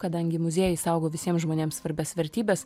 kadangi muziejai saugo visiems žmonėms svarbias vertybes